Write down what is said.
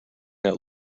that